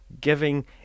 giving